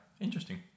Interesting